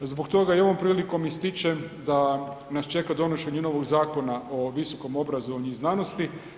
Zbog toga i ovom prilikom ističem da nas čeka donošenje novog Zakona o visokom obrazovanju i znanosti.